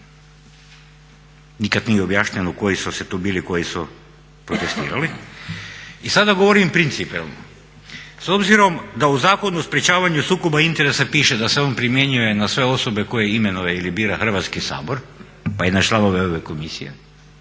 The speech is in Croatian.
Nikad nije objašnjeno koji su tu bili koji su protestirali. I sada govorim principijelno, s obzirom da u Zakonu o sprečavanju sukoba interesa piše da se on primjenjuje na sve osobe koje imenuje ili bira Hrvatski sabor pa i na članove ove komisije